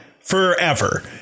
forever